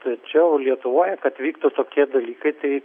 tačiau lietuvoje kad vyktų tokie dalykai tai